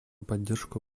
поддержку